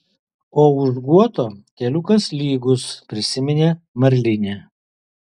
o už guoto keliukas lygus prisiminė marlinė